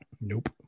Nope